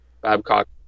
Babcock